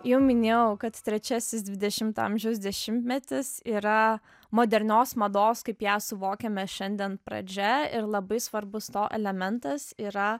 jau minėjau kad trečiasis dvidešimto amžiaus dešimtmetis yra modernios mados kaip ją suvokiame šiandien pradžia ir labai svarbus to elementas yra